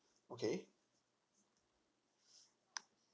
okay